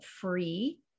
free